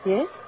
Yes